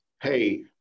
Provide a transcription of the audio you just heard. hey